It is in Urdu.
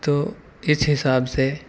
تو اس حساب سے